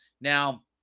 Now